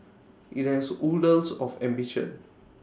IT has oodles of ambition